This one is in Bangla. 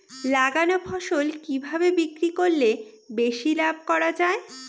লাগানো ফসল কিভাবে বিক্রি করলে বেশি লাভ করা যায়?